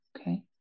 Okay